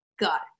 Got